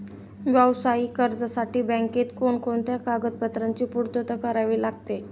व्यावसायिक कर्जासाठी बँकेत कोणकोणत्या कागदपत्रांची पूर्तता करावी लागते?